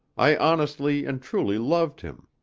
i honestly and truly loved him.